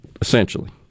essentially